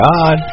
God